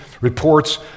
reports